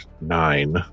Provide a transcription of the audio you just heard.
nine